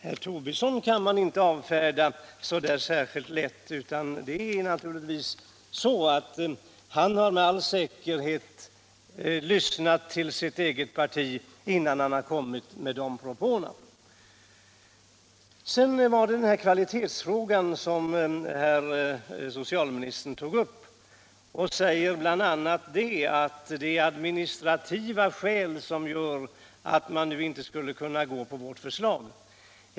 Herr Tobisson kan man inte avfärda så lätt, och han har med all säkerhet lyssnat på sitt eget parti innan han kom med sina propåer. Jag vill sedan komma till kvalitetsfrågan som socialministern tog upp. I det sammanhanget sade han bl.a. att det är administrativa skäl som gör att man nu inte kan stödja vårt förslag.